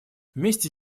вместе